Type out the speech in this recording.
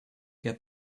get